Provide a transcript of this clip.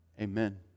amen